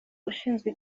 ushinzwe